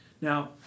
Now